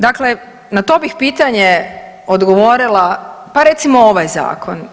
Dakle, na to bih pitanje odgovorila pa recimo ovaj zakon.